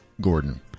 Gordon